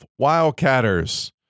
Wildcatters